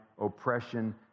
oppression